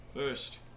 First